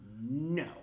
no